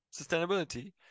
sustainability